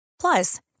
plus